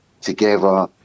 together